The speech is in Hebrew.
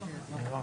עולה.